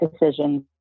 decisions